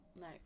No